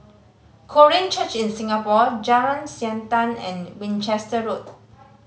Korean Church in Singapore Jalan Siantan and Winchester Road